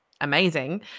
amazing